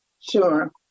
Sure